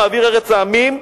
/ מאוויר ארץ העמים",